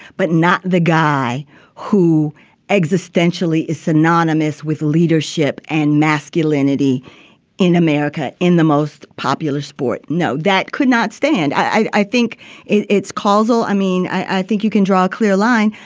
but not the guy who existentially is synonymous with leadership and masculinity in america in the most popular sport. no, that could not stand. i i think it's causal. i mean, i think you can draw a clear line,